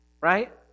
right